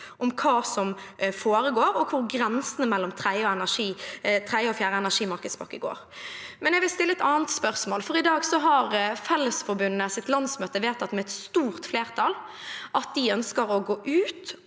om hva som foregår, og om hvor grensene mellom tredje og fjerde energimarkedspakke går. Men jeg vil stille et annet spørsmål. I dag har Fellesforbundets landsmøte vedtatt med stort flertall at de ønsker å gå ut